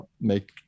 make